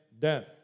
death